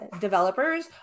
developers